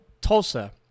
Tulsa